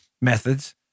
methods